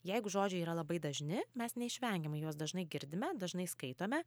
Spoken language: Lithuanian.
jeigu žodžiai yra labai dažni mes neišvengiamai juos dažnai girdime dažnai skaitome